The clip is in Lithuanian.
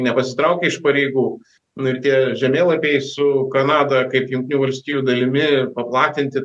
nepasitraukė iš pareigų nu ir tie žemėlapiai su kanada kaip jungtinių valstijų dalimi paplatinti